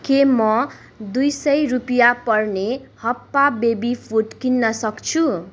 के म दुई सय रुपियाँ पर्ने हप्पा बेबी फुड किन्न सक्छु